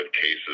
cases